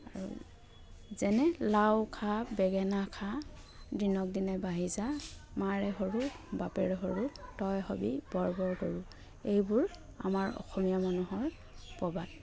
আৰু যেনে লাউ খা বেঙেনা খা দিনক দিনে বাঢ়ি যা মাৰে সৰু বাপেৰে সৰু তই হ'বি বৰ বৰ গৰু এইবোৰ আমাৰ অসমীয়া মানুহৰ প্ৰবাদ